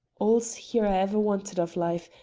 all's here i ever wanted of life,